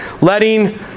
letting